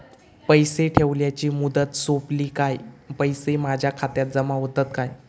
पैसे ठेवल्याची मुदत सोपली काय पैसे माझ्या खात्यात जमा होतात काय?